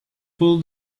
pull